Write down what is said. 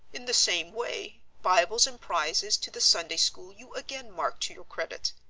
in the same way, bibles and prizes to the sunday school you again mark to your credit.